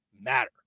matter